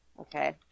Okay